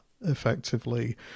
effectively